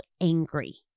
angry